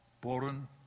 born